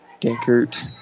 Dankert